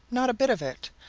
not a bit of it.